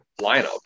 lineup